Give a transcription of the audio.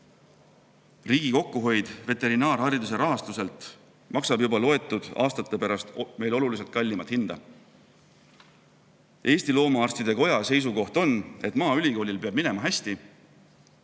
Riigi kokkuhoid veterinaarhariduse rahastuselt maksab juba mõne aasta pärast meile oluliselt kallimat hinda. Eesti Loomaarstide Koja seisukoht on, et maaülikoolil peab minema hästi,